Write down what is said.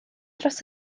dros